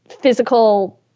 physical